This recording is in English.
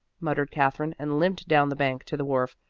muttered katherine, and limped down the bank to the wharf,